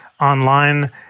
online